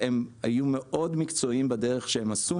הם היו מאוד מקצועיים בדרך שהם עשו.